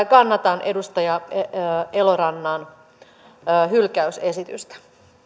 kannatan edustaja elorannan hylkäysesitystä